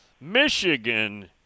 Michigan